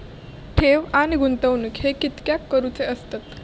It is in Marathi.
ठेव आणि गुंतवणूक हे कित्याक करुचे असतत?